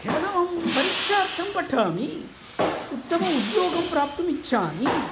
केवलं परिक्षार्थं पठामि उत्तमउद्योगं प्राप्तुम् इच्छामि